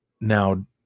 Now